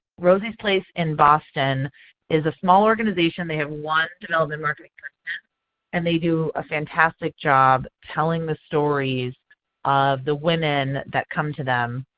rosie's place in boston is a small organization. they have one development marketing person and they do a fantastic job telling the stories of the women that come to them.